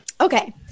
Okay